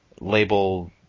label